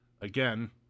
again